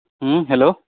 ᱦᱮᱸ ᱦᱮᱞᱳ